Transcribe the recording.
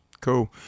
Cool